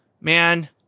man